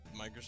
Microsoft